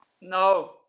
No